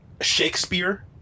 shakespeare